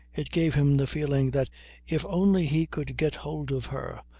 it gave him the feeling that if only he could get hold of her,